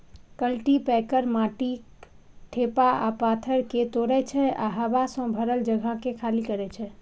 cultipacker माटिक ढेपा आ पाथर कें तोड़ै छै आ हवा सं भरल जगह कें खाली करै छै